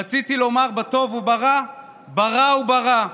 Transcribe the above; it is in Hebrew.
רציתי לומר "בטוב וברע" ברע וברע.